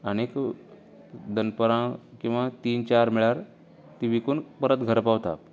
आनीक दनपरां किंवां तीन चार म्हळ्यार ती विकून परत घरां पावता